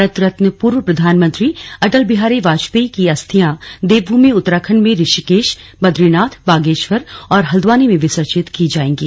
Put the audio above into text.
भारत रत्न पूर्व प्रधानमंत्री अटल बिहारी वाजपेयी की अस्थियां देवभूमि उत्तराखंड में ऋषिकेश बदरीनाथ बागेश्वर और हल्द्वानी में विसर्जित की जाएंगी